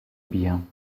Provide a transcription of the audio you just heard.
bien